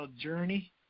journey